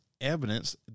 evidence